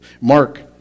Mark